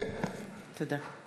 תודה.